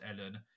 Ellen